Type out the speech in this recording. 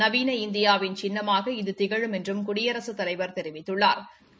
நவீன இந்தியாவின் சின்னமாக இது திகழும் என்றும் குடியரசுத் தலைவா் தெரிவித்துள்ளாா்